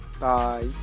bye